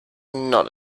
not